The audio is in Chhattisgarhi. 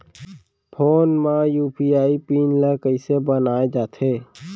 फोन म यू.पी.आई पिन ल कइसे बनाये जाथे?